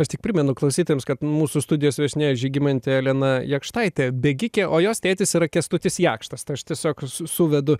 aš tik primenu klausytojams kad mūsų studijos viešnia žygimantė elena jakštaitė bėgikė o jos tėtis yra kęstutis jakštas tai aš tiesiog su suvedu